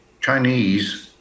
Chinese